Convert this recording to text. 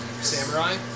samurai